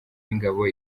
ingabo